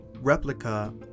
replica